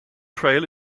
trail